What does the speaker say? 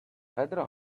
father